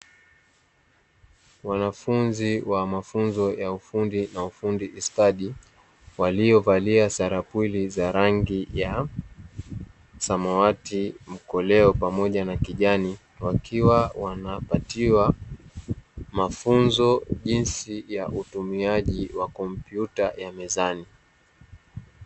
Wanafunzi wa mafunzo ya ufundi na ufundi stadi waliovalia sarawili ya rangi za samawati mkoleo pamoja na kijani, wakiwa wanapatiwa mafunzo jinsi ya utumiaji wa kompyuta ya mezani.